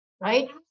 right